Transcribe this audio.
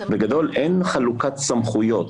בגדול אין חלוקת סמכויות.